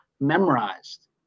memorized